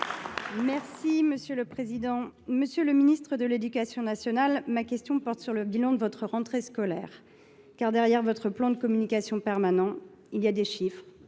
et Républicain. Monsieur le ministre de l’éducation nationale, ma question porte sur le bilan de votre rentrée scolaire. En effet, derrière votre plan de communication permanente, il y a des chiffres,